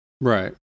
right